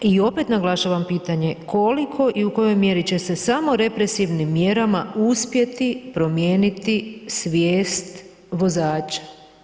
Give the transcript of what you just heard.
I opet naglašavam pitanje koliko i u kojoj mjeri će se samo represivnim mjerama uspjeti promijeniti svijest vozača?